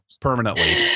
permanently